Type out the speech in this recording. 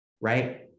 right